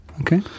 Okay